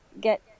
get